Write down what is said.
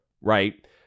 right